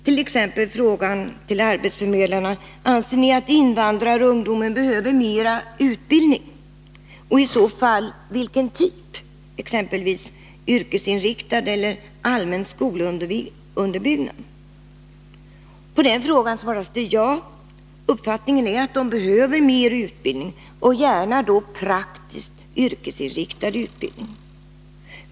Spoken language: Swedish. Man frågade t.ex. arbetsförmedlarna: ”Anser ni att invandrarungdomen behöver mera utbildning och i så fall vilken typ, exempelvis yrkesinriktad utbildning eller allmän skolunderbyggnad?” På den frågan svarade man ja; uppfattningen var att dessa ungdomar behöver mer utbildning, gärna då praktisk, yrkesinriktad utbildning.